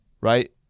right